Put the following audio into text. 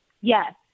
Yes